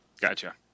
Gotcha